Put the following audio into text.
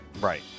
Right